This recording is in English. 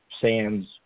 Sands